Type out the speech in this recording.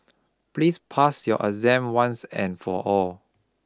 please pass your exam once and for all